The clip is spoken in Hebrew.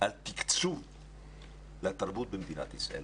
על תקצוב לתרבות במדינת ישראל.